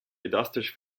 elastisch